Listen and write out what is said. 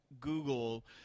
Google